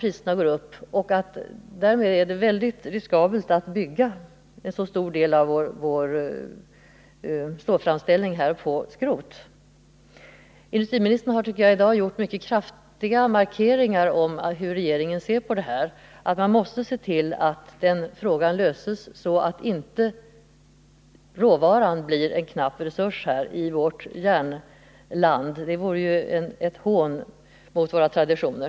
Priserna går då upp, och det blir mycket riskabelt att bygga en stor del av stålframställningen på skrot. Industriministern har, tycker jag, i dag kraftfullt markerat hur regeringen ser på detta. Man måste se till att frågan löses, så att inte råvaran blir en knapp resurs i vårt järnrika land. Det skulle vara ett hån mot våra traditioner.